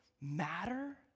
matter